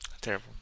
Terrible